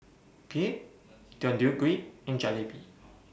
Kheer Deodeok Gui and Jalebi